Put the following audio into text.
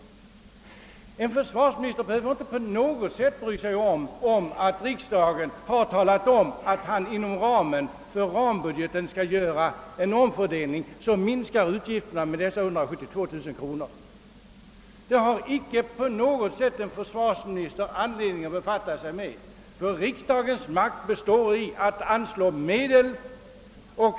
En försvarsminister behöver nämligen inte bry sig om riksdagens uttalande att han skall göra en omfördelning inom budgetens ram, som minskar de totala utgifterna med 172 000 kronor. Det behöver han inte befatta sig med. Riksdagen har att anslå medel.